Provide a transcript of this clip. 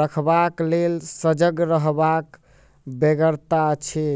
रखबाक लेल सजग रहबाक बेगरता अछि